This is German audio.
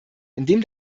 indem